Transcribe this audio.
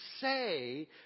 say